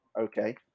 Okay